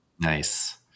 Nice